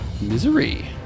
Misery